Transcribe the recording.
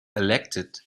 elected